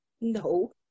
No